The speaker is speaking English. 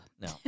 No